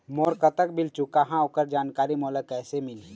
मोर कतक बिल चुकाहां ओकर जानकारी मोला कैसे मिलही?